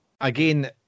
Again